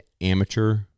amateur